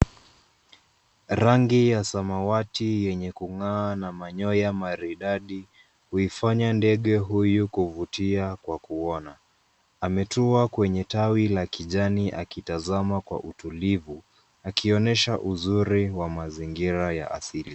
Rangi ya samawati yenye kung'aa na manyoya maridadi huifanya ndege huyu kuvutia kwa kuona. Ametua kwenye tawi la kijani akitazama kwa utulivu akionyesha uzuri ya mazingira ya asili.